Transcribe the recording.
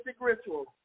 rituals